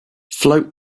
float